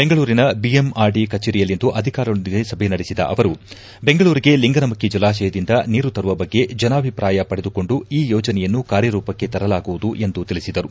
ಬೆಂಗಳೂರಿನ ಬಿಎಂಆರ್ಡಿ ಕಚೇರಿಯಲ್ಲಿಂದು ಅಧಿಕಾರಿಗಳೊಂದಿಗೆ ಸಭೆ ನಡೆಸಿದ ಅವರು ಬೆಂಗಳೂರಿಗೆ ಲಿಂಗನಮಕ್ಕಿ ಜಲಾಶಯದಿಂದ ನೀರು ತರುವ ಬಗ್ಗೆ ಜನಾಭಿಪ್ರಾಯ ಪಡೆದುಕೊಂಡು ಈ ಯೋಜನೆಯನ್ನು ಕಾರ್ಯರೂಪಕ್ಕೆ ತರಲಾಗುವುದು ಎಂದು ತಿಳಿಸಿದರು